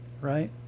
right